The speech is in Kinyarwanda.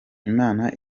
imana